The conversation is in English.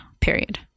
period